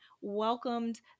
welcomed